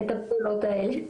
הפעולות האלה.